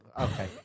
Okay